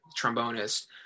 trombonist